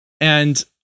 And-